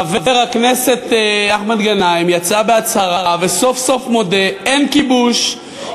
חבר הכנסת מסעוד גנאים יצא בהצהרה וסוף-סוף מודה: אין כיבוש,